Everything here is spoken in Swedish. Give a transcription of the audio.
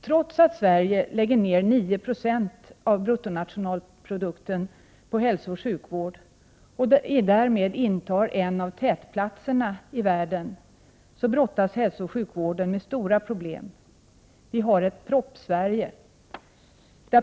Trots att Sverige lägger ned 9 96 av bruttonationalprodukten på hälsooch sjukvård och därmed intar en av tätplatserna i världen brottas hälsooch sjukvården med stora problem. Man kan tala om ett Proppsverige.